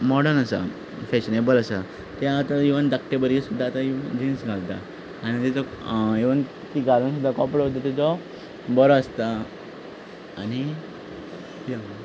modern आसा fashionable आसा ते आतां इव्हन दाखटे भुरगे सुद्दां आतां जिन्स घालता आनी इव्हन तीं घालून कपडो सुद्दां तिचो बरो आसता आनी